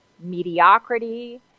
mediocrity